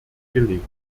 gelegt